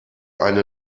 eine